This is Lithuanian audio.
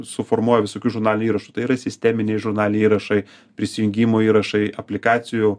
suformuoja visokių žurnalinių įrašų tai yra sisteminiai žurnaliniai įrašai prisijungimų įrašai aplikacijų